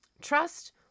trust